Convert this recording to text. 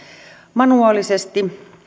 manuaalisesti